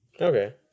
Okay